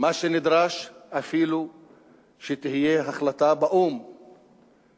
מה שנדרש, אפילו שתהיה החלטה באו"ם